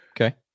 Okay